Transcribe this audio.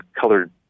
colored